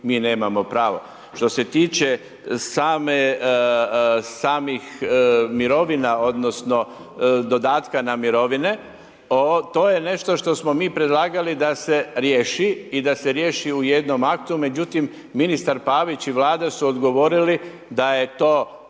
mi nemamo pravo. Što se tiče samih mirovina odnosno dodatka na mirovine, to je nešto što smo mi predlagali da se riješi i da se riješi u jednom aktu međutim ministar Pavić i Vlada su odgovorili da je to